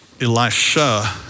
Elisha